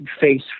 Face